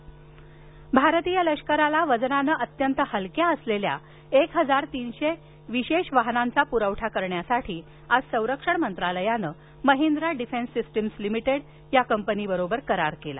करार भारतीय लष्कराला वजनाने अत्यंत हलक्या असलेल्या एक हजार तीनशे विशेष वाहनांचा पुरवठा करण्यासाठी आज संरक्षण मंत्रालयानं महिंद्रा डिफेन्स सिस्टिम्स लिमिटेड बरोबर करार केला